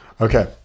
Okay